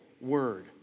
word